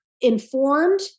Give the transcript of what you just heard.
informed